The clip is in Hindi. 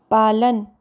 पालन